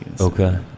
Okay